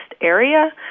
area